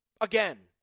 again